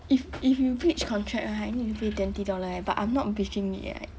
if if you breach contract right you need to pay twenty dollar eh but I'm not breaching it right